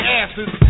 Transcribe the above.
asses